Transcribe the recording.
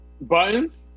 buttons